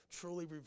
truly